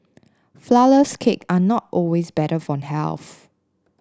flourless cake are not always better for health